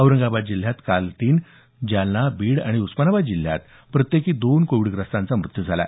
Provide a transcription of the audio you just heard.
औरंगाबाद जिल्ह्यात काल तीन तर जालना बीड आणि उस्मानाबाद जिल्ह्यात प्रत्येकी दोन कोविडग्रस्तांचा मृत्यू झाला